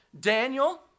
Daniel